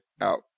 out